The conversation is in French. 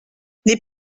les